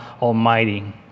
Almighty